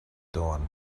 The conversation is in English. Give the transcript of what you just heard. dawn